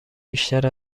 بیشتر